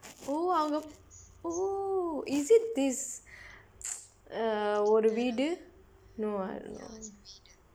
oh அங்க:angka oh is it this uh ஒரு வீடு:oru viidu no ah